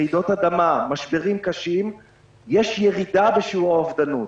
רעידות אדמה ומשברים קשים יש ירידה בשיעור האובדנות.